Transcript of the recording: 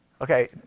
Okay